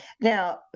Now